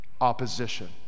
opposition